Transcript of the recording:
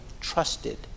trusted